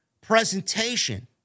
presentation